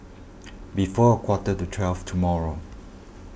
before a quarter to twelve tomorrow